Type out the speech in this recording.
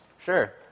Sure